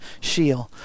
shield